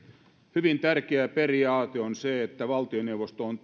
hyvin tärkeä periaate on se että valtioneuvosto on